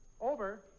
Over